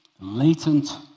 Latent